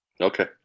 Okay